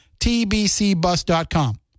tbcbus.com